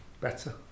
better